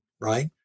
right